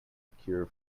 cure